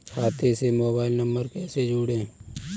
खाते से mobile number कैसे जोड़ें?